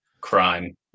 crime